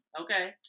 okay